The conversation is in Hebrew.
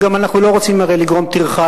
והרי אנחנו גם לא רוצים לגרום טרחה,